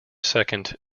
second